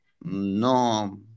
no